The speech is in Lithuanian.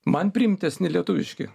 man priimtinesni lietuviški